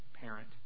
parent